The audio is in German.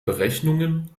berechnungen